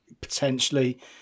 potentially